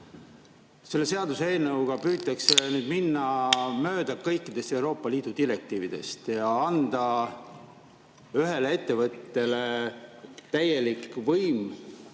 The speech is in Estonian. Selle seaduseelnõuga püütakse mööda minna kõikidest Euroopa Liidu direktiividest ja anda ühele ettevõttele täielik võim